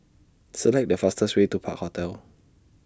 Select The fastest Way to Park Hotel